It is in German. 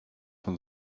von